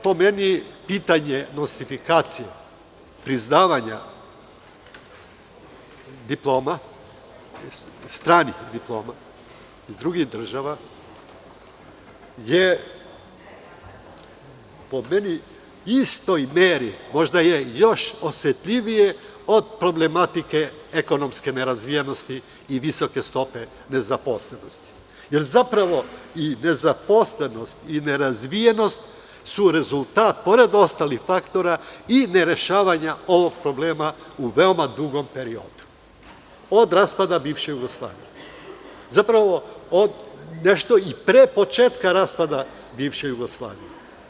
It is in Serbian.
Pitanje nostrifikacije, priznavanja stranih diploma iz drugih država je, po meni, u istoj meri, možda je još osetljivije od problematike ekonomske nerazvijenosti i visoke stope nezaposlenosti, jer zapravo nezaposlenost i nerazvijenost su rezultat, pored ostalih faktora, ne rešavanja ovog problema u dužem vremenskom periodu, od raspada bivše Jugoslavije, zapravo pre početka raspada bivše Jugoslavije.